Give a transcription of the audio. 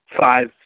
five